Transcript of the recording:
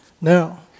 Now